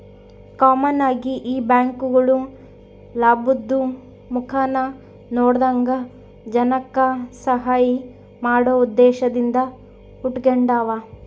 common ಆಗಿ ಈ ಬ್ಯಾಂಕ್ಗುಳು ಲಾಭುದ್ ಮುಖಾನ ನೋಡದಂಗ ಜನಕ್ಕ ಸಹಾಐ ಮಾಡೋ ಉದ್ದೇಶದಿಂದ ಹುಟಿಗೆಂಡಾವ